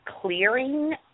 clearing